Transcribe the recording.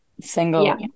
single